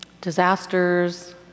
disasters